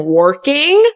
working